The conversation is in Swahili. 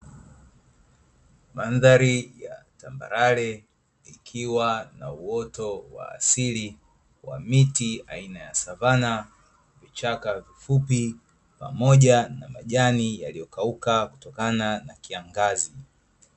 Mandhari ya tambarare ikiwa na uoto wa asili wa miti aina ya savana, vichaka vifupi pamoja na majani yaliyokauka kutokana na kiangazi.